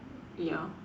ya